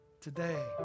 Today